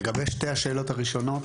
לגבי שתי השאלות הראשונות,